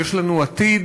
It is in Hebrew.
שיש לנו עתיד,